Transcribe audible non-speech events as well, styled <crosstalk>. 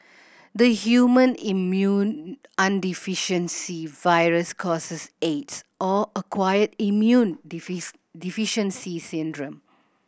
the human immunodeficiency virus causes Aids or acquired immune <unintelligible> deficiency syndrome